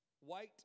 White